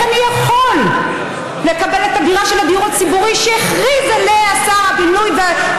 אני יכול לקבל במתנה את הדירה של הדיור הציבורי שהכריז עליה שר האוצר,